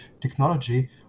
technology